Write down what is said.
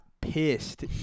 pissed